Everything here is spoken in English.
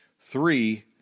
Three